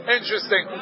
Interesting